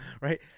right